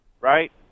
right